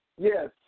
Yes